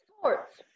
Sports